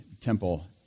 temple